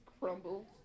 crumbles